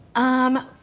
um,